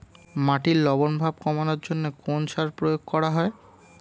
মাটির লবণ ভাব কমানোর জন্য কোন সার প্রয়োগ করা হয়?